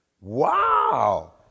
Wow